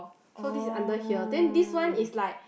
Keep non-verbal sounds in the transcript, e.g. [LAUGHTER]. oh [BREATH]